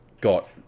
got